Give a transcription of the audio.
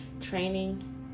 training